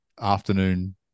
afternoon